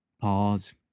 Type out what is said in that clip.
pause